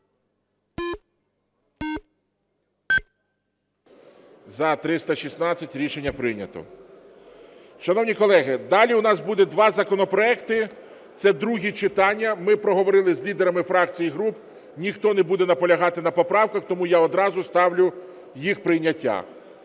За-316 Рішення прийнято. Шановні колеги, далі у нас будуть два законопроекти, це другі читання. Ми проговорили з лідерами фракцій і груп. Ніхто не буде наполягати на поправках, тому я одразу ставлю їх прийняття.